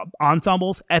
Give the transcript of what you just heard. ensembles